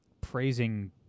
praising